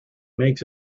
makes